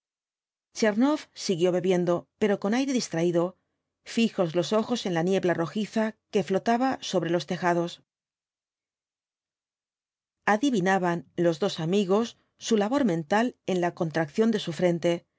tebernoff siguió bebiendo pero con aire distraído ñjos los ojos en la niebla rojiza que flotaba sobre los tejados adivinaban los dos amigos su labor mental en la contracción de su frente